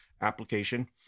application